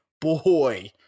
boy